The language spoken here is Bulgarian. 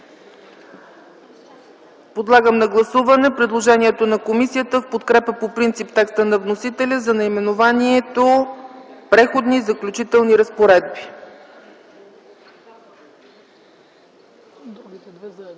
Подлагам на гласуване предложението на комисията в подкрепа по принцип текста на вносителя за наименованието „Преходни и заключителни разпоредби”.